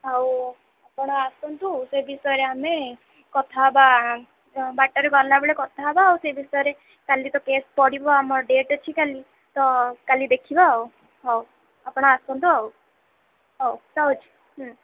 ହଉ ଆପଣ ଆସନ୍ତୁ ସେ ବିଷୟରେ ଆମେ କଥା ହେବା ବାଟରେ ଗଲା ବେଳେ କଥା ହେବା ସେ ବିଷୟରେ କାଲି କେସ୍ ପଡ଼ିବ ଆମ ଡେଟ୍ ଅଛି କାଲି ତ କାଲି ଦେଖିବା ହଉ ଆପଣ ଆସନ୍ତୁ ହଉ ରହୁଛି ହୁଁ